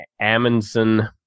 Amundsen